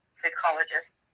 psychologist